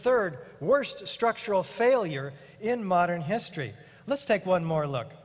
third worst structural failure in modern history let's take one more